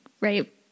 right